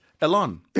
Elon